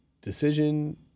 Decision